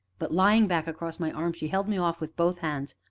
but, lying back across my arm, she held me off with both hands.